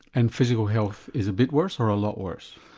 and physical health is a bit worse or a lot worse?